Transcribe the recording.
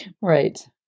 Right